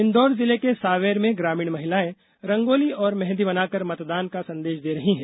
इंदौर जिले के सांवेर में ग्रामीण महिलाएं रंगोली और मेंहदी बनाकर मतदान का संदेश दे रहीं है